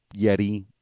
yeti